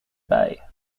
bay